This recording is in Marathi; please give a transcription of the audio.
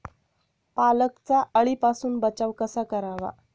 पालकचा अळीपासून बचाव कसा करावा?